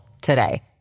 today